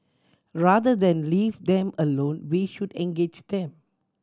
rather than leave them alone we should engage them